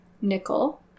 nickel